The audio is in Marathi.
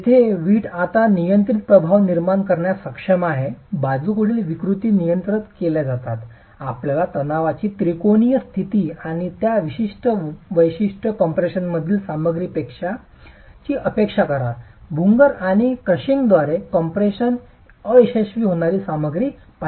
जेथे वीट आता नियंत्रित प्रभाव निर्माण करण्यास सक्षम आहे बाजूकडील विकृती नियंत्रित केल्या जातात आपल्याला तणावाची त्रिकोणीय स्थिती आणि त्या विशिष्ट वैशिष्ट्य कम्प्रेशनमधील सामग्रीची अपेक्षा करा भंगुर आणि क्रशिंगद्वारे कॉम्प्रेशन अयशस्वी होणारी सामग्री पाहिली जाईल